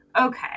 okay